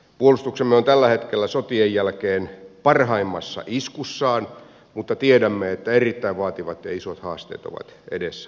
puolustuksemme on tällä hetkellä sotien jälkeen parhaimmassa iskussaan mutta tiedämme että erittäin vaativat ja isot haasteet ovat edessämme